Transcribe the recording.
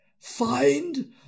Find